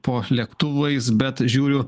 po lėktuvais bet žiūriu